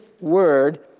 word